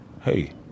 Hey